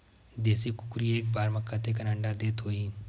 देशी कुकरी एक बार म कतेकन अंडा देत होही?